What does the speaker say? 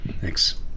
Thanks